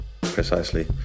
Precisely